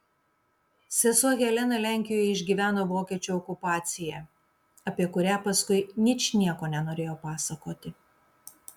sesuo helena lenkijoje išgyveno vokiečių okupaciją apie kurią paskui ničnieko nenorėjo pasakoti